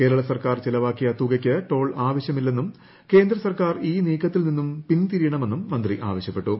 കേരള സർക്കാർ ചെല വാക്കിയ തുകയ്ക്ക് ടോൾ ആവശ്യമില്ലെന്നും കേന്ദ്രസർക്കാർ ഈ നീക്കത്തിൽ നിന്നും പിന്തിരിയണമെന്നും മന്ത്രി ആവശ്യ പ്പെട്ടു